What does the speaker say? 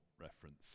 reference